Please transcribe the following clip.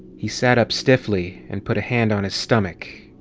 he sat up stiffly and put a hand on his stomach.